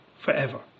forever